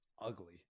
ugly